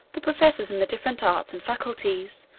the professors in the different arts and faculties,